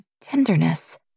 tenderness